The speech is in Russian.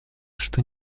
что